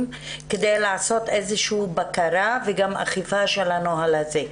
כדי לעשות בקרה ואכיפה של הנוהל הזה?